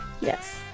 Yes